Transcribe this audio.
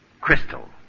Crystal